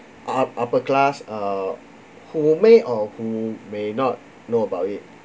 up~ upper class uh who may or who may not know about it